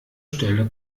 stelle